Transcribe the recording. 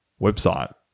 website